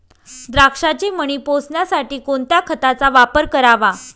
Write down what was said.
द्राक्षाचे मणी पोसण्यासाठी कोणत्या खताचा वापर करावा?